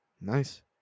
Nice